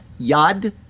yad